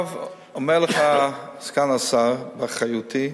אומר לך סגן השר, באחריותי,